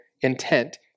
intent